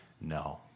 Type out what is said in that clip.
no